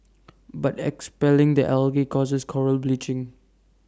but expelling the algae causes Coral bleaching